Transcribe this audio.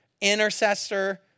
intercessor